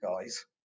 guys